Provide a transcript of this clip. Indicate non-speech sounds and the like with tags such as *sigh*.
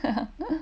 *laughs*